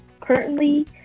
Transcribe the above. currently